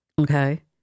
Okay